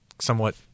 somewhat